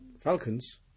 falcons